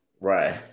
Right